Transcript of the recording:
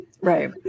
right